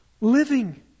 Living